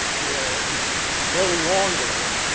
where you can no longer,